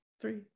three